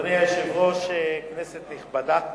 אדוני היושב-ראש, כנסת נכבדה,